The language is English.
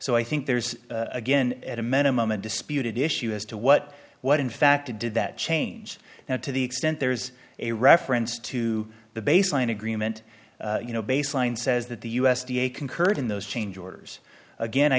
so i think there's again at a minimum a disputed issue as to what what in fact did that change now to the extent there is a reference to the baseline agreement you know baseline says that the u s d a concurred in those change orders again i